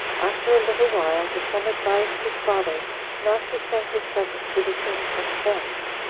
after a little while, the son advised his father not to send his presents to the king from thence,